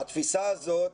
התפיסה הזו יוצרת,